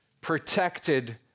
protected